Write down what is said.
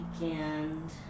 weekend